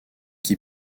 qui